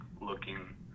looking